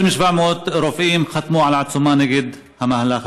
יותר מ-700 רופאים חתמו על עצומה נגד המהלך